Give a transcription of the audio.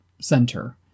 center